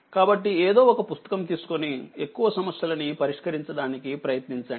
కాబట్టి ఎదో ఒక పుస్తకం తీసుకొని ఎక్కువ సమస్యలని పరిష్కరించడానికి ప్రయత్నించండి